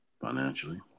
Financially